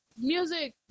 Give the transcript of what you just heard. music